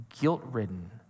guilt-ridden